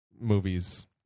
movies